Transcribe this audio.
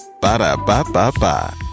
Ba-da-ba-ba-ba